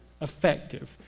Effective